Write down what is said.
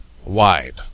wide